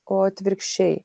o atvirkščiai